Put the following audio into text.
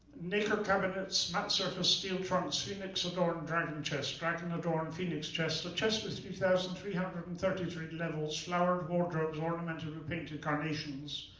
nacre cabinets, matte-surfaced steel trunks, phoenix-adorned dragon chests, dragon-adorned phoenix chests, the chest with three thousand three hundred and thirty-three levels, flowered wardrobes ornamented with painted carnations,